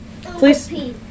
please